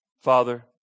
Father